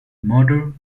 murder